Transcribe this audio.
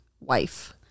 wife